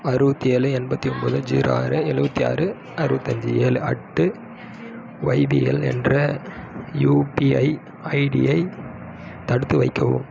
அறுபத்தி ஏழு எண்பத்து ஒம்பது ஜீரோ ஆறு எழுவத்தி ஆறு அறுவத்தஞ்சு ஏழு அட்டு ஒய்பிஎல் என்ற யுபிஐ ஐடியை தடுத்து வைக்கவும்